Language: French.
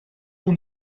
bon